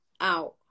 out